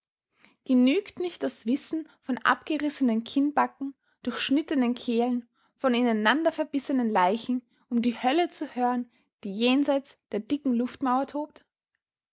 genügt nicht das wissen von abgerissenen kinnbacken durchschnittenen kehlen von ineinander verbissenen leichen um die hölle zu hören die jenseits der dicken luftmauer tobt